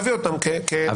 להביא אותן --- אבל,